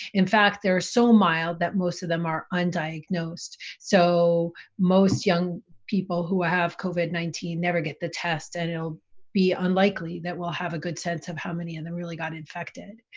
in fact they're so mild that most of them are undiagnosed, so most young people who have covid nineteen never get the test and it'll be unlikely that we'll have a good sense of how many of and them really got infected.